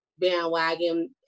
bandwagon